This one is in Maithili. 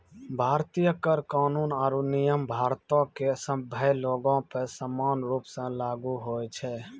भारतीय कर कानून आरु नियम भारतो के सभ्भे लोगो पे समान रूपो से लागू होय छै